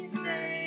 say